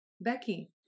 Becky